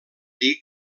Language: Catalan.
dir